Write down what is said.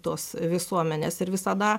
tos visuomenės ir visada